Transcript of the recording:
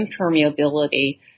impermeability